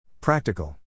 Practical